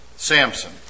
Samson